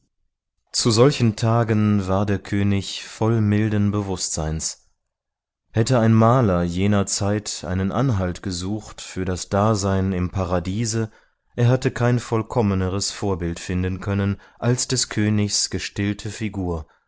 zu solchen tagen war der könig voll milden bewußtseins hätte ein maler jener zeit einen anhalt gesucht für das dasein im paradiese er hätte kein vollkommeneres vorbild finden können als des königs gestillte figur